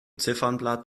ziffernblatt